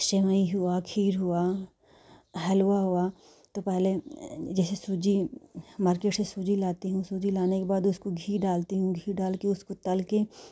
सेवई हुआ खीर हुआ हलवा हुआ तो पहले जैसे सूजी मार्केट से सूजी लाती हूँ सूजी लाने के बाद उसको घी डालती हूँ घी डाल के उसको तल के